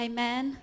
Amen